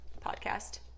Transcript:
podcast